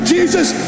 Jesus